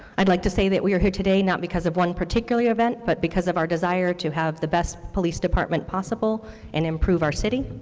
i would like to say that we are here today not because of one particular event but because of our desire to have the best police department possible and improve our city.